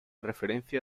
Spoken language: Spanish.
referencia